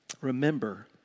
Remember